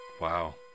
Wow